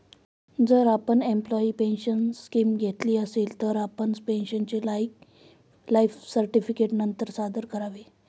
जर आपण employee pension scheme घेतली असेल, तर आपण पेन्शनरचे लाइफ सर्टिफिकेट नंतर सादर करावे